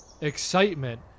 excitement